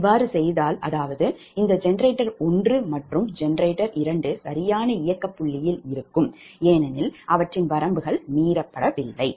இவ்வாறு செய்தால் அதாவது இந்த ஜெனரேட்டர் 1 மற்றும் ஜெனரேட்டர் 2 சரியான இயக்க புள்ளியில் இருக்கும் ஏனெனில் அவற்றின் வரம்புகள் மீறப்படவில்லை